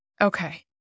Okay